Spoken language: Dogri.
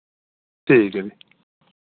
ठीक ऐ फ्ही